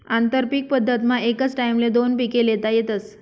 आंतरपीक पद्धतमा एकच टाईमले दोन पिके ल्हेता येतस